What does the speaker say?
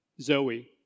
Zoe